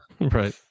right